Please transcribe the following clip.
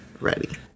ready